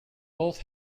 both